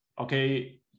okay